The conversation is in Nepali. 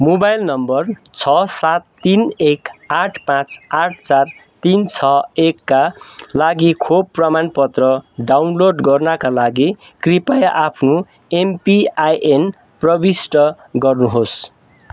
मोबाइल नम्बर छ सात तिन एक आठ पाँच आठ चार तिन छ एकका लागि खोप प्रमाणपत्र डाउनलोड गर्नाका लागि कृपया आफ्नो एमपिआइएन प्रविष्ट गर्नुहोस्